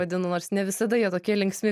vadinu nors ne visada jie tokie linksmi